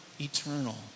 eternal